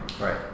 Right